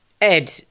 Ed